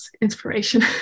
inspiration